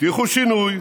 הבטיחו שינוי,